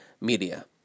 media